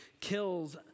kills